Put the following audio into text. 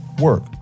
work